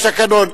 יש תקנון.